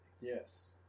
Yes